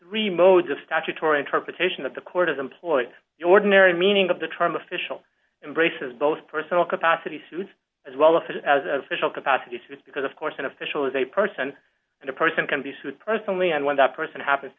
remote just statutory interpretation that the court is employed the ordinary meaning of the term official embraces both personal capacity soon as well as official capacity because of course an official is a person and a person can be sued personally and when that person happens